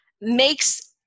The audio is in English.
makes